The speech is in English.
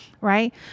right